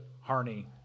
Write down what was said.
Harney